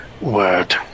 word